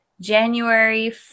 January